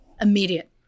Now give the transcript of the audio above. immediate